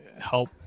help